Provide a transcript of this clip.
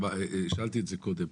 שאלתי את זה קודם.